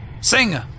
Sing